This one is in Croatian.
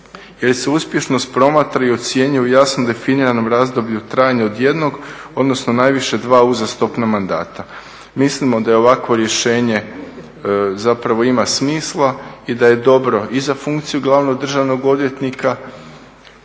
jer se uspješnost promatra i ocjenjuje u jasno definiranom razdoblju u trajanju od jednog odnosno najviše dva uzastopna mandata. Mislimo da je ovakvo rješenje ima smisla i da je dobro i za funkciju glavnog državnog odvjetnika